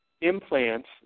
implants